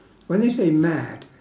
when you say mad